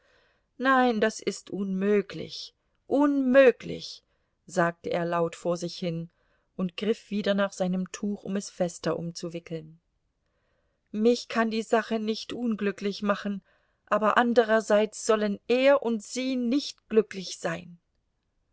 nein das ist unmöglich unmöglich sagte er laut vor sich hin und griff wieder nach seinem tuch um es fester umzuwickeln mich kann die sache nicht unglücklich machen aber anderseits sollen er und sie nicht glücklich sein